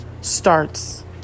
starts